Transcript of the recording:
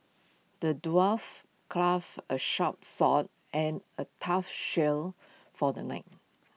the dwarf crafted A sharp sword and A tough shield for the knight